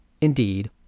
Indeed